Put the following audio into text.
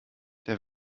der